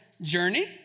journey